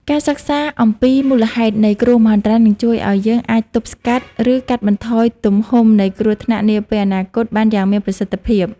ការសិក្សាអំពីមូលហេតុនៃគ្រោះមហន្តរាយនឹងជួយឱ្យយើងអាចទប់ស្កាត់ ឬកាត់បន្ថយទំហំនៃគ្រោះថ្នាក់នាពេលអនាគតបានយ៉ាងមានប្រសិទ្ធភាព។